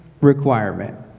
requirement